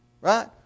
right